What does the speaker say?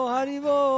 Haribo